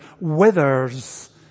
withers